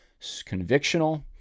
convictional